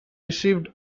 received